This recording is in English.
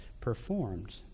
performed